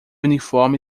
uniforme